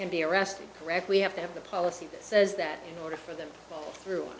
can be arrested correct we have to have the policy that says that order for them through